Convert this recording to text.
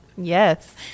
Yes